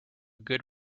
good